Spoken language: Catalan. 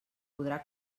podrà